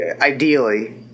ideally